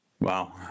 Wow